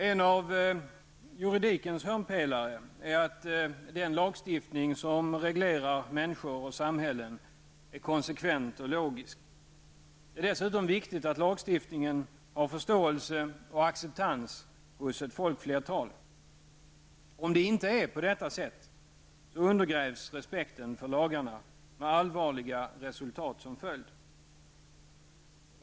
En av juridikens hörnpelare är att den lagstiftning som reglerar människor och samhällen är konsekvent och logisk. Det är dessutom viktigt att lagstiftningen har förståelse och acceptans hos ett folkflertal. Om det inte är på detta sätt, undergrävs respekten för lagarna med allvarliga resultat som följd.